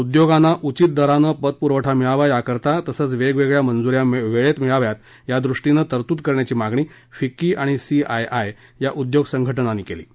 उद्योगांना उचित दरांन पतपुरवठा मिळावा याकरता तसंच वेगवेगळया मंजू या वेळेत मिळाव्या यादृष्टीनं तरतूद करण्याची मागणी फिक्की आणि सीआयआय या उद्योग संघटनांनी केली आहे